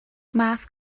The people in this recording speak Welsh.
math